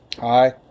hi